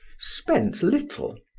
spent little,